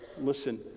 Listen